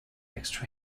extra